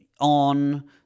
on